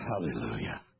Hallelujah